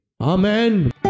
Amen